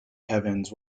heavens